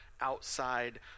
outside